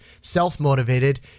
self-motivated